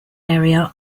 area